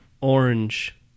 orange